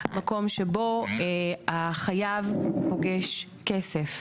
מקום שבו החייב פוגש כסף,